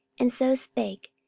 and so spake,